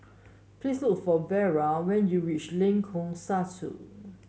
please look for Vera when you reach Lengkong Satu